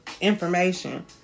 information